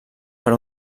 per